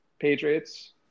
Patriots